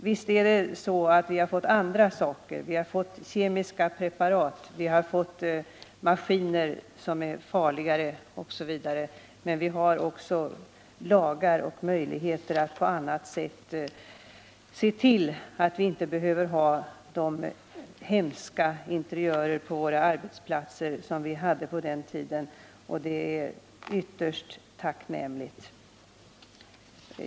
Visst har vi fått andra saker — kemiska preparat, maskiner som är farligare osv. — men vi har också lagar och möjligheter att på annat sätt se till att vi inte behöver ha de hemska interiörer på våra arbetsplatser som vi hade på den tiden. Och det är ytterst tacknämligt!